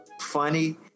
funny